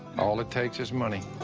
all it takes is money.